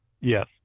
yes